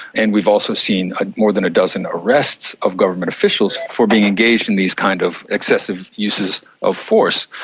and we've also seen ah more than a dozen arrests of government officials for being engaged in these kind of excessive uses of force.